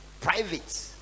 private